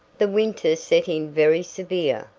the winter set in very severe,